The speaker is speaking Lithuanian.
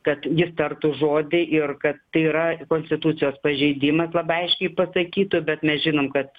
kad jis tartų žodį ir kad tai yra konstitucijos pažeidimas labai aiškiai pasakytų bet mes žinom kad